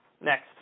Next